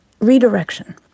redirection